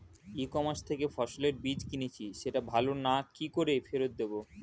ই commerce থেকে ফসলের বীজ কিনেছি সেটা ভালো না কি করে ফেরত দেব?